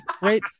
right